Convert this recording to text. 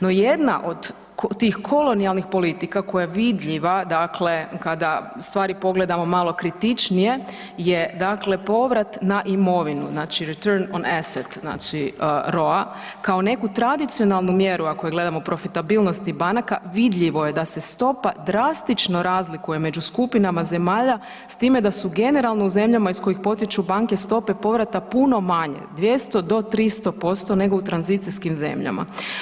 No jedna od tih kolonijalnih politika koja je vidljiva kada stvari pogledamo malo kritičnije je povrat na imovinu (return on assets) znači ROA kao neku tradicionalnu mjeru ako gledamo profitabilnosti banaka, vidljivo je da se stopa drastično razlikuje među skupinama zemalja s time da su generalno u zemljama iz kojih potiču banke stope povrata puno manje 200 do 300% nego u tranzicijskim zemljama.